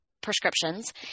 prescriptions